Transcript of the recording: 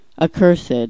Accursed